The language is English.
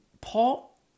Paul